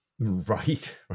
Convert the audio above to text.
right